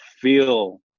feel